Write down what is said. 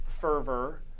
fervor